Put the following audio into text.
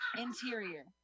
Interior